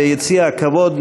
ביציע הכבוד,